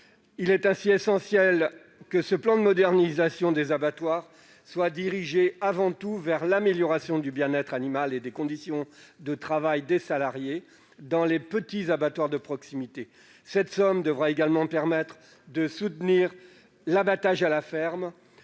Il est essentiel que ce plan de modernisation des abattoirs soit dirigé avant tout vers l'amélioration du bien-être animal et des conditions de travail des salariés dans les petits abattoirs de proximité. Cette somme devra également permettre de soutenir l'abattage à la ferme,